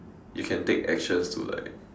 you can take actions to like